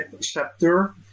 chapter